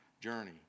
journey